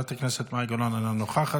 ילד בגיל שלוש ומאמנים אותו להיות רוצח,